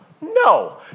No